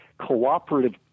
cooperative